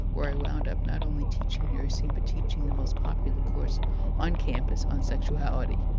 where i wound up not only teaching nursing, but teaching the most popular course on campus on sexuality.